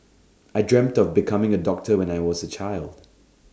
I dreamt of becoming A doctor when I was A child